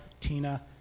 Tina